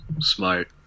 smart